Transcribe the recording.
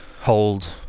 hold